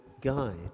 guide